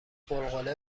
غلغله